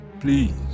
Please